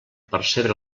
percebre